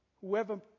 Whoever